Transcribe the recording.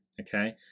okay